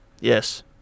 Yes